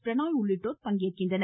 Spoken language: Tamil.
பிரணாய் உள்ளிட்டோர் பங்கேற்க உள்ளனர்